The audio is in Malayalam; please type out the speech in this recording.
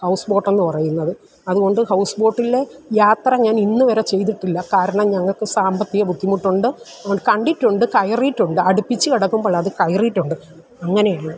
ഹൗസ് ബോട്ടെന്ന് പറയുന്നത് അത് കൊണ്ട് ഹൌസ് ബോട്ടിലെ യാത്ര ഞാനിന്ന് വരെ ചെയ്തിട്ടില്ല കാരണം ഞങ്ങൾക്ക് സാമ്പത്തിക ബുദ്ധിമുട്ടുണ്ട് അതുകൊണ്ട് കണ്ടിട്ടുണ്ട് കയറിയിട്ടുണ്ട് അടുപ്പിച്ച് കിടക്കുമ്പോൾ അതിൽ കയറിയിട്ടുണ്ട് അങ്ങനെയുള്ളു